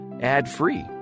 ad-free